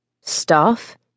Staff